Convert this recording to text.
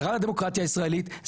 זר רע לדמוקרטיה הישראלית,